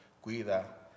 cuida